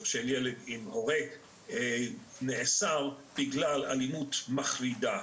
הקשר נאסר בגלל אלימות מחרידה.